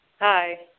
Hi